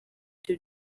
byo